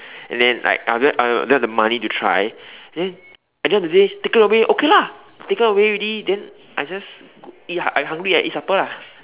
and then like if I don't have the money to try then at the end of the day taken away okay lah taken away already I hungry I eat supper